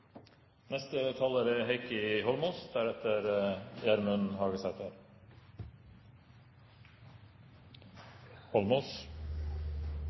neste taler er